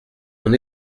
mon